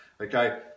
okay